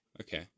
Okay